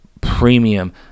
premium